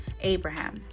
Abraham